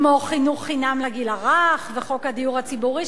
כמו חינוך חינם לגיל הרך וחוק הדיור הציבורי,